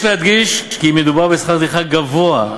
יש להדגיש כי מדובר בשכר טרחה גבוה,